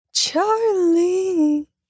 Charlie